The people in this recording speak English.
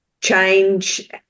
change